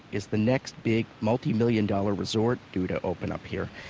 is the next big, multimillion dollar resort due to open up here.